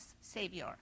Savior